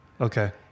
Okay